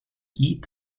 eat